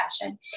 fashion